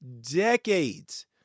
decades